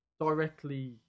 directly